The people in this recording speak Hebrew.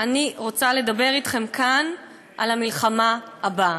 אני רוצה לדבר אתכם כאן על המלחמה הבאה.